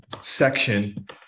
section